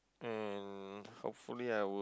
and hopefully I would